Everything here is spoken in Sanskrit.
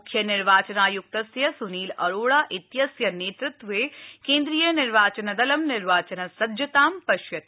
मुख्यनिर्वाचन आयुक्तस्य सुनीलअरोडा इत्यस्य नेतृत्वे केन्द्रीय निर्वाचनदल निर्वाचनसज्जता पश्यति